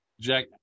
Jack